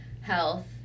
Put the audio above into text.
health